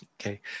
Okay